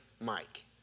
Mike